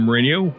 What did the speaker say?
Radio